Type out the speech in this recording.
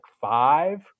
five